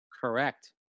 Correct